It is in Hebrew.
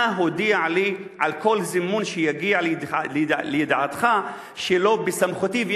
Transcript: אנא הודע לי על כל זימון שיגיע לידיעתך שלא בסמכותי".